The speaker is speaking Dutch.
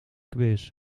quiz